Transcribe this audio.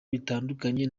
bitandukanye